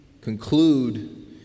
conclude